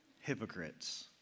hypocrites